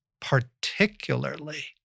Particularly